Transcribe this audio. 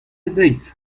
zeiz